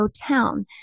Town